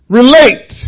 relate